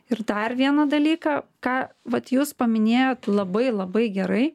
ir dar vieną dalyką ką vat jūs paminėjot labai labai gerai